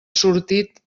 sortit